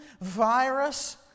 virus